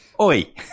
Oi